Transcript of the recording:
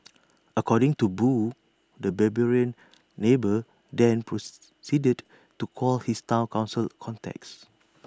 according to boo the 'barbarian neighbour' then proceeded to call his Town Council contacts